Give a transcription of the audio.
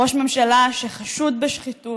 ראש ממשלה שחשוד בשחיתות,